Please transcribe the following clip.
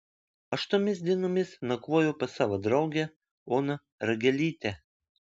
aš tomis dienomis nakvojau pas savo draugę oną ragelytę